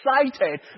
excited